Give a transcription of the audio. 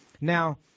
Now